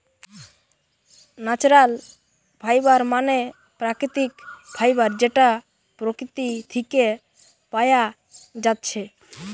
natural fibre মানে প্রাকৃতিক fibre যেটা প্রকৃতি থিকে পায়া যাচ্ছে